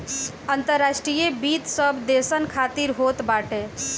अंतर्राष्ट्रीय वित्त सब देसन खातिर होत बाटे